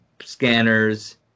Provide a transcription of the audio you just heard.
scanners